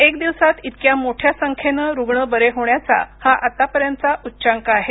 एक दिवसात इतक्या मोठ्या संख्येनं रुग्ण बरे होण्याचा हा आत्तापर्यंतचा उच्चांक आहे